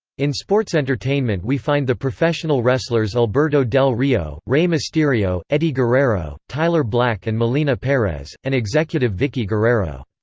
in sports entertainment we find the professional wrestlers alberto del rio, rey mysterio, eddie guerrero, tyler black and melina perez, and executive vickie guerrero.